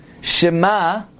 Shema